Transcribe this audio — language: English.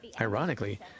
ironically